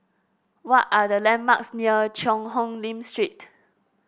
what are the landmarks near Cheang Hong Lim Street